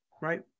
right